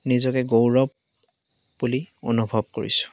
নিজকে গৌৰৱ বুলি অনুভৱ কৰিছোঁ